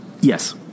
Yes